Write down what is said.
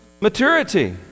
maturity